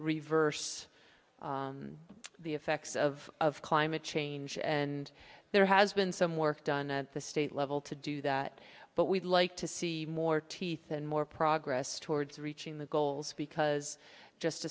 reverse the effects of climate change and there has been some work done at the state level to do that but we'd like to see more teeth and more progress towards reaching the goals because just